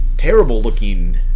terrible-looking